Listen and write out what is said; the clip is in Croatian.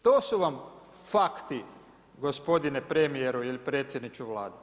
To su vam fakti gospodine premijeru ili predsjedniče Vlade.